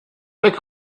fleck